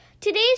Today's